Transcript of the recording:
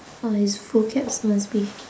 !wah! his vocabs must be